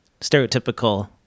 stereotypical